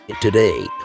today